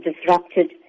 disrupted